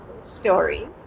story